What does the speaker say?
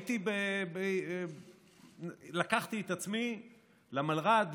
לקחתי את עצמי למלר"ד,